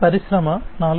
పరిశ్రమ 4